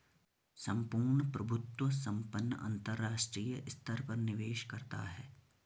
सम्पूर्ण प्रभुत्व संपन्न अंतरराष्ट्रीय स्तर पर निवेश करता है